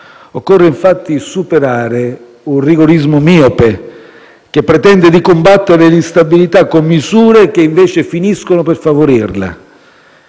Occorre infatti superare un rigorismo miope che pretende di combattere l'instabilità con misure che invece finiscono per favorirla.